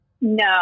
No